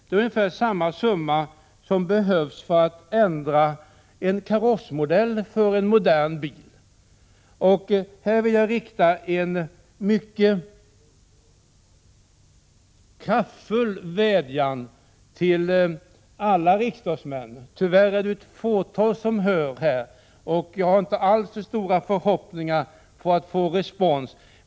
Det är ungefär samma summa som behövs för att ändra en karossmodell på en modern bil. Jag vill här rikta en mycket kraftfull vädjan till alla riksdagsmän — tyvärr är det bara ett fåtal som hör här i kväll, och jag har inte alls för stora förhoppningar att få respons.